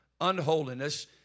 unholiness